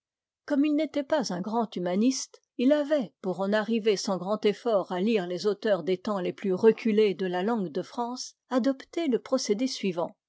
comme il n'était pas un grand humaniste il avait pour en arriver sans grand effort à lire les auteurs des temps les plus reculés de la langue de france adopté le procédé suivant